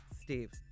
Steve